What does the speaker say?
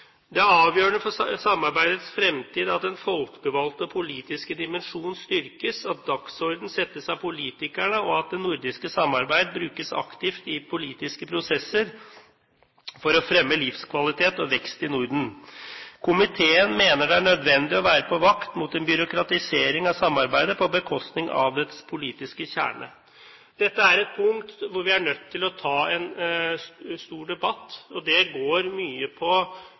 er avgjørende for samarbeidets fremtid at den folkevalgte og politiske dimensjon styrkes, at dagsorden settes av politikerne og at det nordiske samarbeid brukes aktivt i politiske prosesser for å fremme livskvalitet og vekst i Norden. Komiteen mener det er nødvendig å være på vakt mot en byråkratisering av samarbeidet på bekostning av dets politiske kjerne.» Dette er et punkt hvor vi er nødt til å ta en stor debatt, og det går mye på